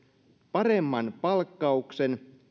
paremman palkkauksen